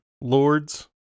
Lords